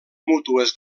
mútues